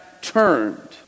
turned